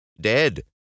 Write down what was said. Dead